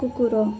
କୁକୁର